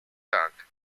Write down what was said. tank